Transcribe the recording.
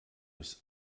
ist